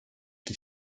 qui